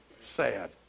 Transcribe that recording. sad